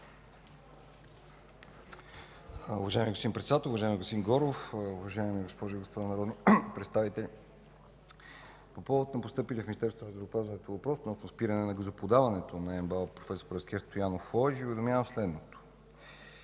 Уважаеми господин Председател, уважаеми господин Горов, уважаеми госпожи и господа народни представители! По повод постъпилия в Министерството на здравеопазването въпрос относно спиране на газоподаването на МБАЛ „Проф. Параскев Стоянов” в Ловеч Ви уведомявам следното.